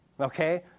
Okay